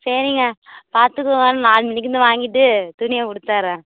சரிங்க பார்த்துக்கோங்க நாலு மணிக்கு வந்து வாங்கிவிட்டு துணியை கொடுத்தட்றேன்